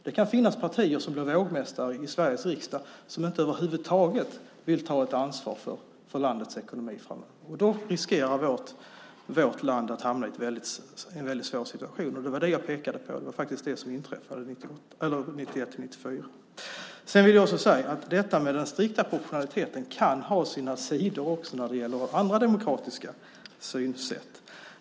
Det kan finnas partier som blir vågmästare i Sveriges riksdag som över huvud taget inte vill ta ett ansvar för landets ekonomi framöver. Då riskerar vårt land att hamna i en väldigt svår situation. Det var det jag pekade på. Det var det som inträffade 1991-1994. Den strikta proportionaliteten kan också ha sina sidor när det gäller andra demokratiska synsätt.